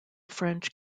french